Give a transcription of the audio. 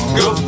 go